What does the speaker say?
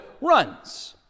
runs